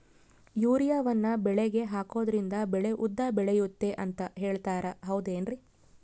ಯೂರಿಯಾವನ್ನು ಬೆಳೆಗೆ ಹಾಕೋದ್ರಿಂದ ಬೆಳೆ ಉದ್ದ ಬೆಳೆಯುತ್ತೆ ಅಂತ ಹೇಳ್ತಾರ ಹೌದೇನ್ರಿ?